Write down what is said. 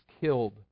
killed